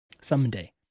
Someday